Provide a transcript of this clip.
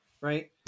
right